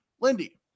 Lindy